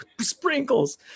sprinkles